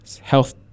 health